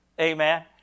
Amen